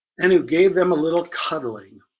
and who gave them a little cuddling.